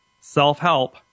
self-help